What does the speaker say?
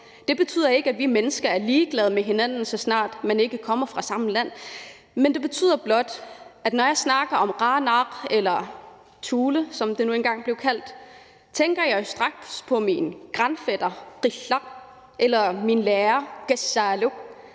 Det betyder ikke, at vi mennesker er ligeglade med hinanden, så snart man ikke kommer fra samme land, men det betyder blot, at når jeg snakker om Qaanaaq eller Thule, som det nu engang blev kaldt, tænker jeg jo straks på min grandfætter Qillaq, min lærer Kassaaluk